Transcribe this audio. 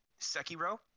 Sekiro